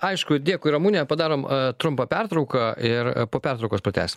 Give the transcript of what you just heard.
aišku dėkui ramune padarom trumpą pertrauką ir po pertraukos pratęsim